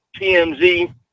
TMZ